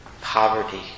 poverty